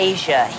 Asia